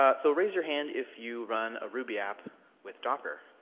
ah so raise your hand if you run a ruby app with docker.